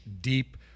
deep